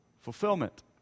fulfillment